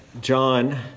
John